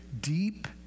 Deep